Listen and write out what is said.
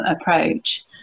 approach